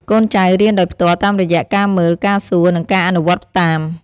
កូនចៅរៀនដោយផ្ទាល់តាមរយៈការមើល ការសួរ និងការអនុវត្តតាម។